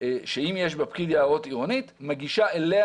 שאם יש בה פקיד יערות עירונית מגישה אליה